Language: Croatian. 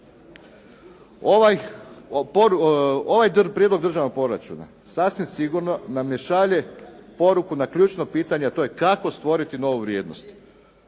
Ovaj prijedlog državnog proračuna sasvim sigurno nam ne šalje poruku na ključno pitanje a to je kako stvoriti novu vrijednost,